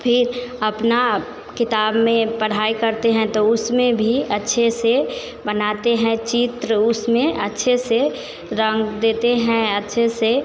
फिर अपनी किताब में पढ़ाई करते हैं तो उसमें भी अच्छे से बनाते हैं चित्र उसमें अच्छे से रंग देते हैं अच्छे से